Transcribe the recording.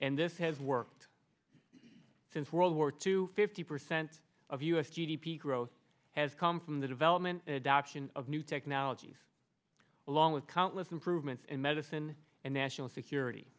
and this has worked since world war two fifty percent of us g d p growth has come from the development adoption of new technologies along with countless improvements in medicine and national security